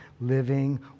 living